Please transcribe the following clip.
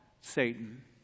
Satan